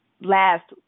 last